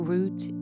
Root